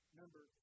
number